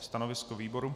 Stanovisko výboru?